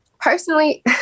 personally